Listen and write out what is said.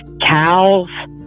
cows